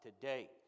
today